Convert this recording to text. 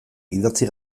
idatzi